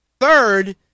Third